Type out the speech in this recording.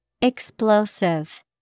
Explosive